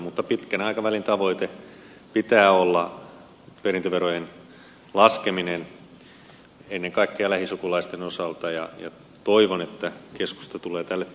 mutta pitkän aikavälin tavoitteen pitää olla perintöverojen laskeminen ennen kaikkea lähisukulaisten osalta ja toivon että keskusta tulee tälle tielle